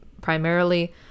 primarily